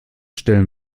stellen